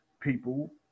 people